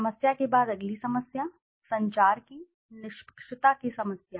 समस्या के बाद अगली समस्या संचार की निष्पक्षता की समस्या